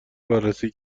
بررسی